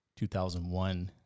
2001